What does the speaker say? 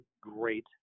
great